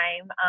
time